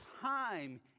time